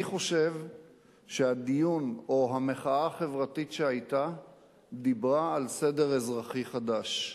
אני חושב שהדיון או המחאה החברתית שהיתה דיברה על סדר אזרחי חדש.